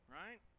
right